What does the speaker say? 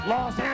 Los